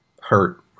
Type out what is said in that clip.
hurt